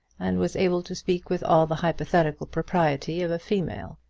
and was able to speak with all the hypothetical propriety of a female.